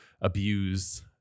abuse